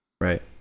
Right